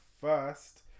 first